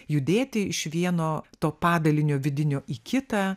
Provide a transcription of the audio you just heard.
judėti iš vieno to padalinio vidinio į kitą